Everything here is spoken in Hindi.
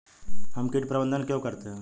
हम कीट प्रबंधन क्यों करते हैं?